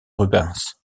rubens